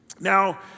Now